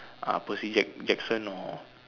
uh Percy Jack~ Jackson or